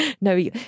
No